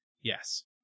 yes